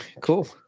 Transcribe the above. Cool